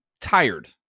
tired